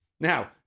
Now